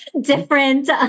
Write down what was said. different